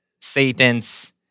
Satan's